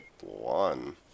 One